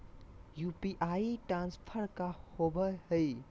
UPI transfer का होव हई?